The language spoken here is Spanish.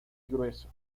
grueso